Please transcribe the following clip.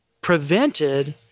prevented